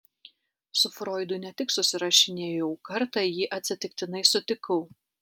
su froidu ne tik susirašinėjau kartą jį atsitiktinai sutikau